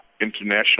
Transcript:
International